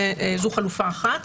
זו חלופה אחת.